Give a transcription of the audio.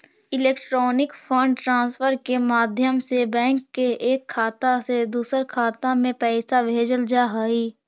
electronic fund transfer के माध्यम से बैंक के एक खाता से दूसर खाते में पैइसा भेजल जा हइ